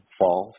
fall